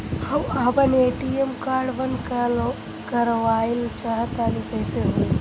हम आपन ATM card बंद करावल चाह तनि कइसे होई?